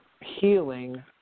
healing